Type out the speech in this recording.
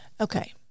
okay